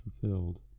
fulfilled